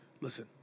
listen